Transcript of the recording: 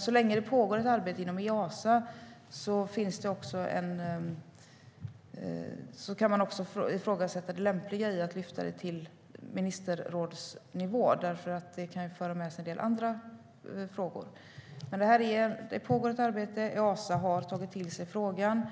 Så länge det pågår ett arbete inom Eesa kan man dock ifrågasätta det lämpliga i att lyfta detta till ministerrådsnivå. Det kan nämligen föra med sig en del andra frågor. Men det pågår alltså ett arbete, och Eesa har tagit till sig frågan.